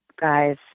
guys